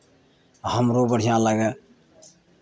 हमरो बढ़िआँ लागय